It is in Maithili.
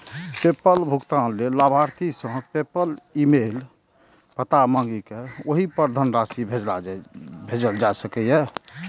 पेपल भुगतान लेल लाभार्थी सं पेपल ईमेल पता मांगि कें ओहि पर धनराशि भेजल जा सकैए